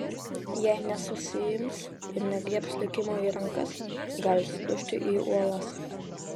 jei nesusiims ir negriebs likimo į rankas gali sudužti į uolas